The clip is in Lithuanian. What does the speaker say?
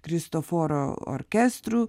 kristoforo orkestru